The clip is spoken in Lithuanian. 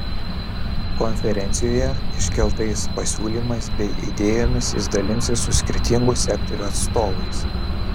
konferencijoje iškeltais pasiūlymais bei idėjomis jis dalinsis su skirtingų sektorių atstovais